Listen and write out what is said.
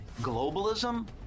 Globalism